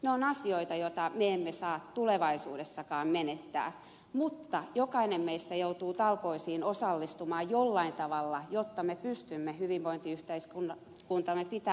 ne ovat asioita joita me emme saa tulevaisuudessakaan menettää mutta jokainen meistä joutuu talkoisiin osallistumaan jollain tavalla jotta me pystymme hyvinvointiyhteiskuntamme pitämään jaloillaan